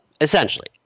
essentially